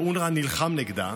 שאונר"א נלחם נגדה,